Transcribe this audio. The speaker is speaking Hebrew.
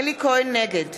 נגד